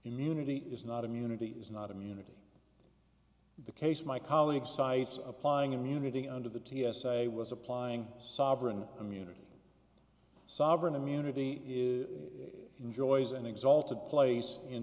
immunity is not immunity is not immunity the case my colleague cites applying immunity under the t s a was applying sovereign immunity sovereign immunity is enjoys an exalted place in